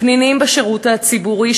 פנינים בשירות הציבורי,